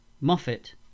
Moffat